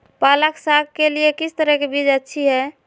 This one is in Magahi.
पालक साग के लिए किस तरह के बीज अच्छी है?